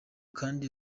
kandi